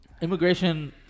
Immigration